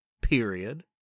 period